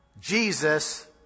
Jesus